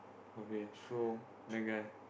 okay so that guy